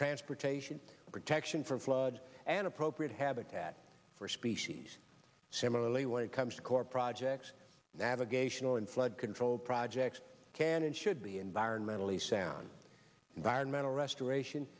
transportation protection for flood an appropriate habitat for species similarly when it comes to corps projects navigational and flood control projects can and should be environmentally sound environmental restoration